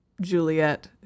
Juliet